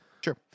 Sure